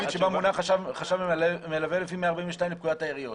אין לנו הגדרה מוגדרת מהו ניגוד עניינים.